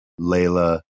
Layla